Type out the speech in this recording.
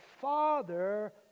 father